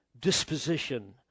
disposition